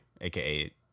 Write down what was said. AKA